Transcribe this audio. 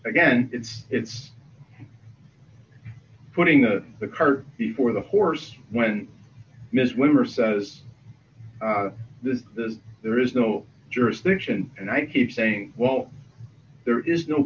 again it's it's putting that the cart before the horse when ms wimmer says this is there is no jurisdiction and i keep saying well there is no